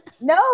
No